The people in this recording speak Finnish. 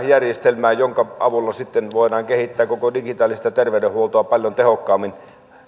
järjestelmää jonka avulla voidaan kehittää koko digitaalista terveydenhuoltoa paljon tehokkaammin